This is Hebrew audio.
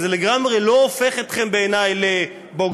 וזה לגמרי לא הופך אתכם בעיני לבוגדים,